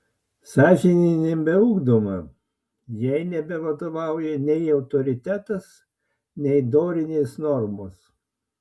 sąžinė nebeugdoma jai nebevadovauja nei autoritetas nei dorinės normos